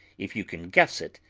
if you can guess it,